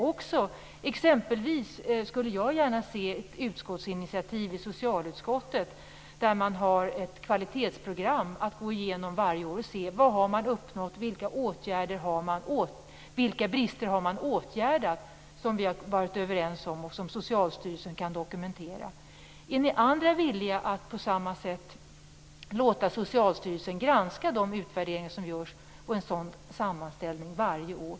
Dessutom skulle jag gärna vilja se ett utskottsinitiativ i socialutskottet om ett kvalitetsprogram som man kan gå igenom varje år. Då kan vi se vad man har uppnått och vilka brister man har åtgärdat enligt vad vi har varit överens om och vad Socialstyrelsen kan dokumentera. Är ni andra villiga att på samma sätt låta Socialstyrelsen granska de utvärderingar som görs i en sådan sammanställning varje år?